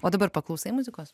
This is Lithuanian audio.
o dabar paklausai muzikos